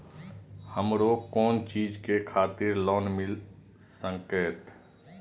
हमरो कोन चीज के खातिर लोन मिल संकेत?